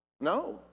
No